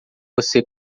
você